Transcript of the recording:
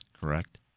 correct